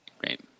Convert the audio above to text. Great